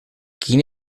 quin